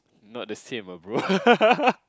not the same ah bro